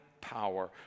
power